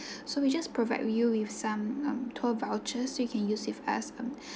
so we just provide with you with some um tour vouchers you can use with us um